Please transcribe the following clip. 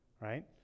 right